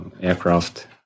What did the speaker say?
aircraft